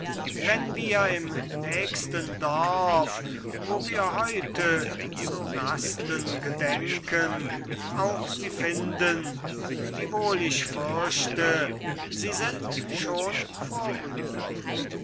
wenn wir im nächsten dorf wo wir heute zu rasten gedenken auch sie finden wiewohl ich fürchte sie sind schon vorüber